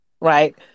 right